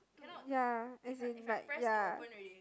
ya as in like ya